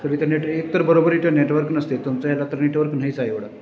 sir इथं net एक तर बरोबर इथे नेटवर्क नसतं आहे तुमचा ह्याला तर नेटवर्क नाहीच आहे एवढा